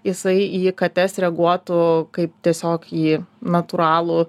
jisai į kates reaguotų kaip tiesiog į natūralų